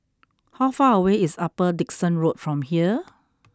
how far away is Upper Dickson Road from here